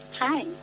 Hi